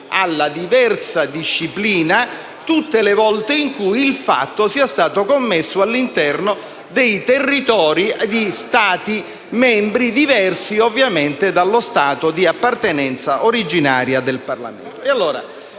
a diversa disciplina tutte le volte in cui il fatto sia stato commesso all'interno dei territori di Stati membri diversi, ovviamente, dallo Stato di appartenenza originaria del parlamentare.